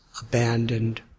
abandoned